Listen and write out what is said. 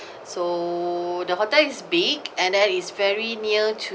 so the hotel is big and then it's very near to